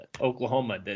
Oklahoma